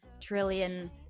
trillion